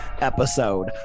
episode